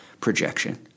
projection